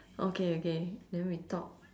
okay okay then we talk